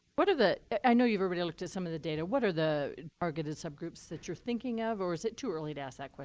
what are the i know you've already looked at some of the data. what are the targeted subgroups that you're thinking of, or is it too early to ask that question.